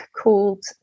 called